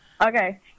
Okay